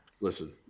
listen